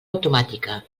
automàtica